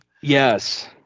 Yes